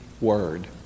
word